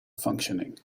functioning